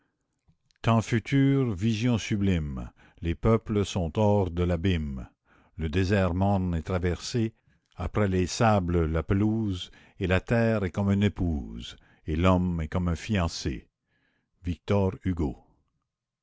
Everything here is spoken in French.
temps futurs vision sublime les peuples sont hors de l'abîme le désert morne est traversé après les sables la pelouse la commune et la terre est comme une épouse et l'homme est comme un fiancé